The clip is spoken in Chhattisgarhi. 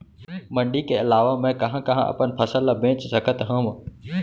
मण्डी के अलावा मैं कहाँ कहाँ अपन फसल ला बेच सकत हँव?